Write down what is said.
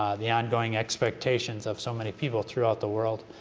the ongoing expectations of so many people throughout the world,